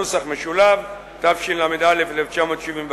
התשל"א 1971,